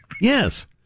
Yes